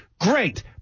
Great